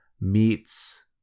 meets